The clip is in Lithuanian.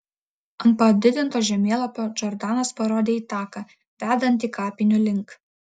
ant padidinto žemėlapio džordanas parodė į taką vedantį kapinių link